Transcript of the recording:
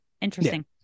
interesting